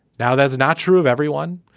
now that's not true of everyone.